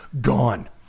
Gone